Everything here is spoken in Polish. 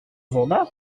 woda